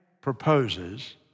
proposes